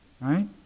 right